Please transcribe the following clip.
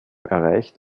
erreicht